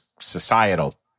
societal –